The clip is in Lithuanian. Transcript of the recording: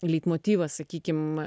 leitmotyvas sakykim